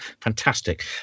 fantastic